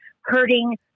hurting